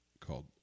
called